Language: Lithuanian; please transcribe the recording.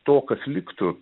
to kas liktų